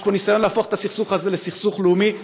יש פה ניסיון להפוך את הסכסוך הזה לסכסוך לאומי.